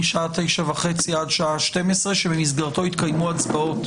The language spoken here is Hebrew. משעה 9:30 עד 12:00 במסגרתו יתקיימו הצבעות